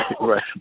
right